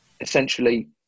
essentially